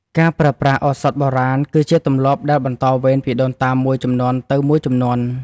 ការប្រើប្រាស់ឱសថបុរាណគឺជាទម្លាប់ដែលបន្តវេនពីដូនតាមួយជំនាន់ទៅមួយជំនាន់។